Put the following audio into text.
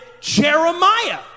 Jeremiah